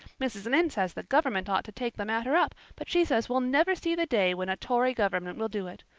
mrs. lynde says the government ought to take the matter up, but she says we'll never see the day when a tory government will do it.